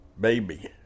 baby